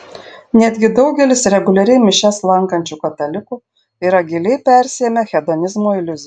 netgi daugelis reguliariai mišias lankančių katalikų yra giliai persiėmę hedonizmo iliuzija